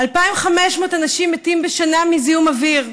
2,500 אנשים מתים בשנה מזיהום אוויר,